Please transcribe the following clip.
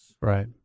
Right